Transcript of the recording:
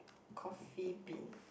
Coffee-Bean